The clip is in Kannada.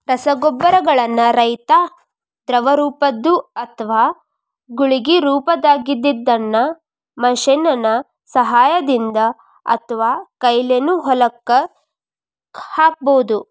ರಸಗೊಬ್ಬರಗಳನ್ನ ರೈತಾ ದ್ರವರೂಪದ್ದು ಅತ್ವಾ ಗುಳಿಗಿ ರೊಪದಾಗಿದ್ದಿದ್ದನ್ನ ಮಷೇನ್ ನ ಸಹಾಯದಿಂದ ಅತ್ವಾಕೈಲೇನು ಹೊಲಕ್ಕ ಹಾಕ್ಬಹುದು